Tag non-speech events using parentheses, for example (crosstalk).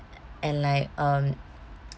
and like um (noise)